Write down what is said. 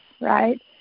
right